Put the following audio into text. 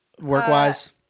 Work-wise